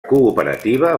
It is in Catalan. cooperativa